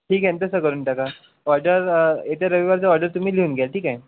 ठीक आहे नं तसं करून टाका ऑर्डर येत्या रविवारचा ऑडर तुम्ही लिहून घ्या ठीक आहे